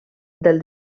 del